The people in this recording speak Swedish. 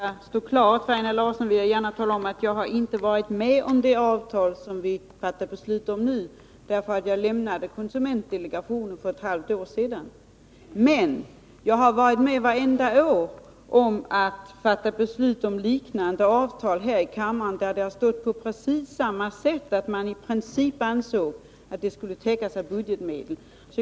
Herr talman! För att sanningen skall stå klar för Einar Larsson vill jag tala om att jag inte har varit med om att träffa det avtal som vi nu fattar beslut om. Jag lämnade nämligen konsumentdelegationen för ett halvt år sedan. Men jag har vartenda år varit med om att här i kammaren fatta beslut om liknande avtal, i vilka det stått på precis samma sätt, dvs. att man i princip anser att ändamålet skall täckas med budgetmedel.